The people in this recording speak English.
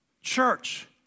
church